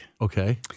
Okay